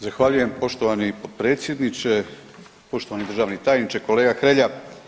Zahvaljujem poštovani potpredsjedniče, poštovani državni tajniče, kolega Hrelja.